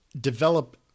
develop